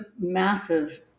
massive